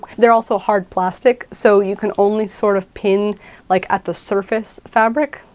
they're also hard plastic, so you can only sort of pin like at the surface fabric.